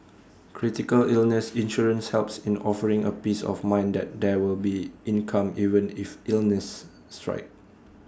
critical illness insurance helps in offering A peace of mind that there will be income even if illnesses strike